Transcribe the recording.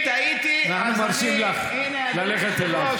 אם טעיתי אז אני, אנחנו מרשים לך ללכת אליו.